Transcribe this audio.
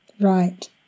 Right